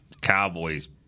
Cowboys